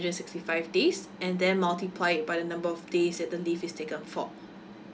and sixty five days and then multiply it by the number of days that the leave is taken for